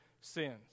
sins